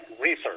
research